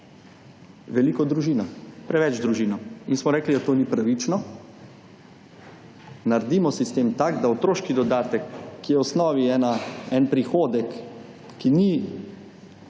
veliko družinam. Preveč družinam. In smo rekli, da to ni pravično. Naredimo sistem tak, da otroški dodatek, ki je v osnovi ena, en prihodek, ki ni